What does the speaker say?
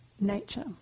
nature